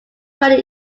running